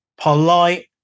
polite